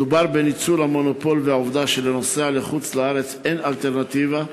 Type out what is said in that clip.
מדובר בניצול המונופול והעובדה שלנוסע לחוץ-לארץ אין אלטרנטיבה.